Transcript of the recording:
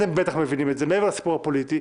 אתם בטח מבינים את זה מעבר לסיפור הפוליטי,